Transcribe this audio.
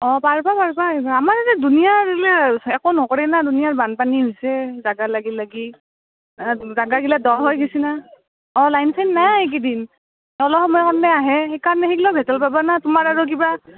অঁ পাৰ্বা পাৰ্বা আইভা আমাৰ ইতে দুনিয়াৰ এইগ্লা একো নকৰে না দুনিয়াৰ বানপানী হৈছে জাগা লাগি লাগি জাগা জাগা গিলা দ' হৈ গেছি না অঁ লাইন চাইন নাই এইকেইদিন অলপ সময়ৰ কাৰণে আহে সেইকাৰণে সেইগিলা দেখাল নাপাবা না তোমাৰ আৰু কিবা